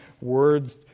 words